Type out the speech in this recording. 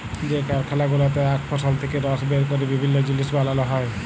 যে কারখালা গুলাতে আখ ফসল থেক্যে রস বের ক্যরে বিভিল্য জিলিস বানাল হ্যয়ে